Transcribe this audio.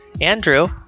Andrew